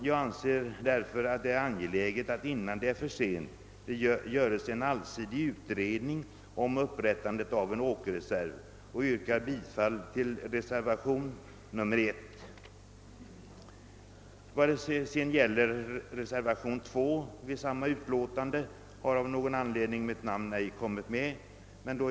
Jag anser det angeläget att det innan det är för sent görs en allsidig utredning om upprättandet av åkerreserv och jag yrkar därför bifall till reservationen 1. Under den andra reservationen vid samma utlåtande har av någon anledning mitt namn ej kommit med.